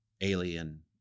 alien